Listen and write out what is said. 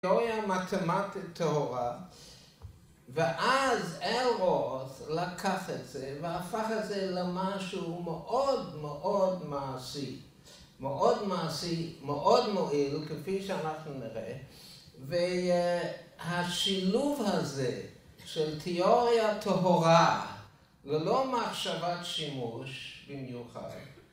‫תיאוריה מתמטית טהורה, ‫ואז אלרות לקח את זה ‫והפך את זה למשהו ‫מאוד מאוד מעשי. ‫מאוד מעשי, מאוד מועיל, ‫כפי שאנחנו נראה, ‫והשילוב הזה של תיאוריה טהורה ‫ללא מחשבת שימוש במיוחד,